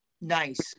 nice